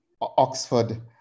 Oxford